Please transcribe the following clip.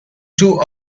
two